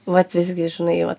vat visgi žinai vat